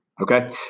okay